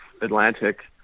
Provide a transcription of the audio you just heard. Atlantic